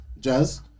Jazz